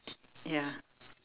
ya